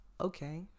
okay